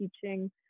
teaching